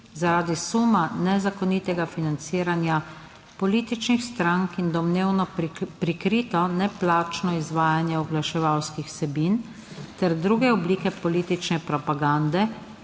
zaradi suma nezakonitega financiranja političnih strank in domnevno prikrito, neplačano izvajanje oglaševalskih vsebin ter druge oblike politične propagande